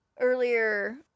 earlier